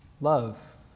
love